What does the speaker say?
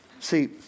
See